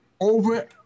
over